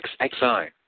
XXI